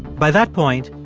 by that point,